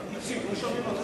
השר משה כחלון.